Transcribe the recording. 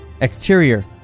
Exterior